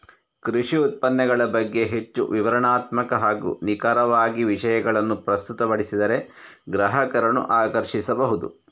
ಕೃಷಿ ಉತ್ಪನ್ನಗಳ ಬಗ್ಗೆ ಹೆಚ್ಚು ವಿವರಣಾತ್ಮಕ ಹಾಗೂ ನಿಖರವಾಗಿ ವಿಷಯಗಳನ್ನು ಪ್ರಸ್ತುತಪಡಿಸಿದರೆ ಗ್ರಾಹಕರನ್ನು ಆಕರ್ಷಿಸಬಹುದು